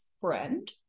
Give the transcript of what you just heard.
friend